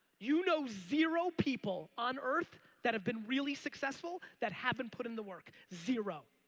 you know zero people on earth that have been really successful that haven't put in the work. zero,